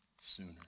sooner